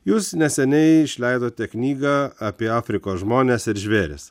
jūs neseniai išleidote knygą apie afrikos žmones ir žvėris